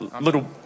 little